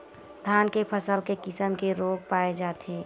धान के फसल म के किसम के रोग पाय जाथे?